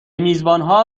میزبانها